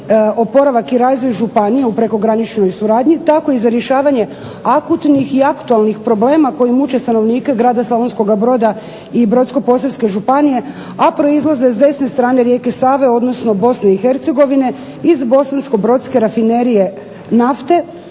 oporavak i razvoj županije u prekograničnoj suradnji, tako i za rješavanje akutnih i aktualnih problema koji muče stanovnike grada Slavonskoga Broda i Brodsko-posavske županije, a proizlaze s desne strane rijeke Save, odnosno Bosne i Hercegovine, iz bosansko-brodske rafinerije nafte,